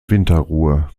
winterruhe